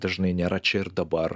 dažnai nėra čia ir dabar